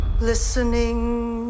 listening